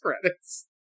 credits